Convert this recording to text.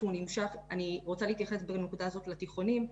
אני רוצה להתייחס בנקודה הזאת בתיכונים,